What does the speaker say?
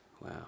Wow